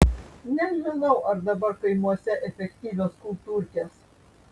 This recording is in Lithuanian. nežinau ar dabar kaimuose efektyvios kultūrkės